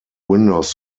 windows